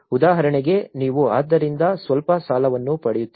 ಉದಾಹರಣೆಗೆ ನೀವು ಅದರಿಂದ ಸ್ವಲ್ಪ ಸಾಲವನ್ನು ಪಡೆಯುತ್ತಿದ್ದರೆ